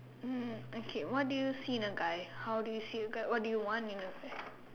mm okay what do you see in a guy how do you see a guy what do you want in a guy